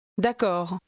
D'accord